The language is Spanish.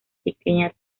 pequeña